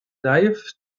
dive